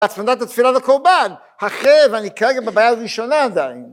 הצמדת התפילה לקורבן, החרב, ואני כרגע בבעיה הראשונה עדיין